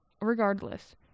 regardless